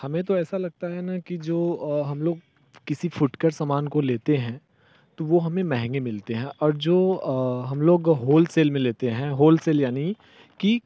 हमें तो ऐसा लगता है ना कि जो हम लोग किसी फ़ुटकेयर सामान को लेते हैं तो वो हमें महँगे मिलते हैं और जो हम लोग होलसेल में लेते हैं होलसेल यानि कि